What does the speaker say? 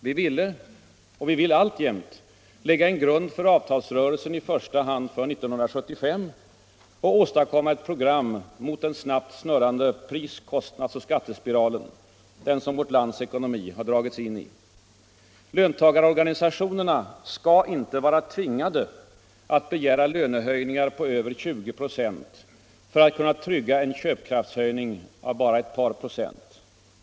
Vi ville — och vi vill alltjämt — lägga en grund för avtalsrörelsen i första hand för 1975 och åstadkomma ett program mot den snabbt snurrande pris-, kostnadsoch skattespiralen, den som vårt lands ekonomi dragits in i. Löntagarorganisationerna skall inte vara tvingade att begära löneförhöjningar på över 20 96 för att kunna trygga en köpkraftshöjning av bara ett par procent.